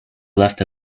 left